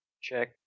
Check